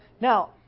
Now